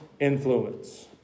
influence